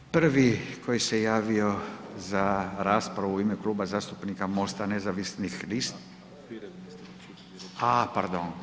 Prvi koji se javio za raspravu u ime kluba zastupnika MOST-a nezavisnih lista… ... [[Upadica: ne čuje se.]] Ah, pardon.